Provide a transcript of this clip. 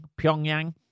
Pyongyang